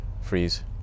freeze